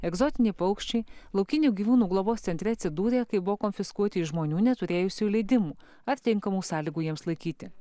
egzotiniai paukščiai laukinių gyvūnų globos centre atsidūrė kai buvo konfiskuoti iš žmonių neturėjusių leidimų ar tinkamų sąlygų jiems laikyti